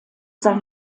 sein